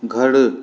घड़